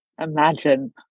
imagine